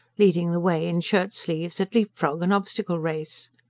leading the way, in shirt-sleeves, at leap-frog and obstacle-race.